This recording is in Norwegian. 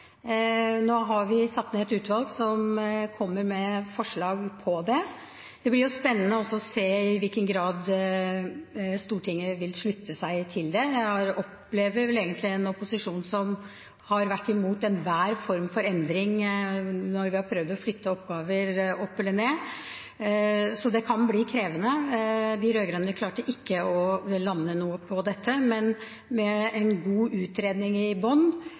Nå har vi satt ned et utvalg som kommer med forslag. Det blir også spennende å se i hvilken grad Stortinget vil slutte seg til det. Jeg opplever vel egentlig en opposisjon som har vært imot enhver form for endring når vi har prøvd å flytte oppgaver opp eller ned, så det kan bli krevende. De rød-grønne klarte ikke å lande noe når det gjaldt dette, men med en god utredning i